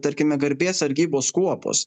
tarkime garbės sargybos kuopos